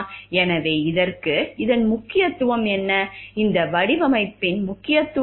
எனவே இதற்கு இதன் முக்கியத்துவம் என்ன இந்த வடிவமைப்பின் முக்கியத்துவம் என்ன